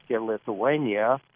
Lithuania